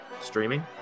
streaming